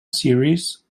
series